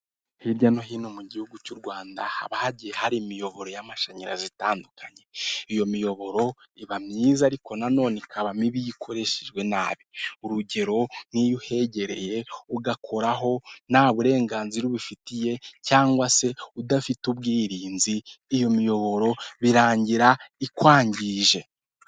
Hirya no hino mu gihugu cy'u Rwanda haba hagiye hari imiyoboro y'amashanyarazi itandukanye. Iyo miyoboro iba myiza ariko nanone ikaba mibi iyo ikoreshejwe nabi. Urugero nkiyo uhegereye ugakoraho, nta burenganzira ubifitiye, cyangwa se udafite ubwirinzi iyo miyoboro birangira ikwangije.